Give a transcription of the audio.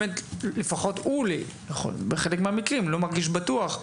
ולא מרגיש בטוח?